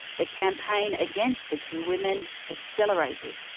the campaign against the two women accelerated.